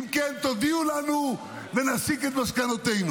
אם כן, הודיעו לנו ונסיק את מסקנותינו.